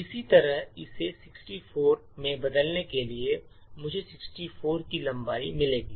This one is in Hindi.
इसी तरह इसे 64 में बदलने के लिए मुझे 64 की लंबाई मिलेगी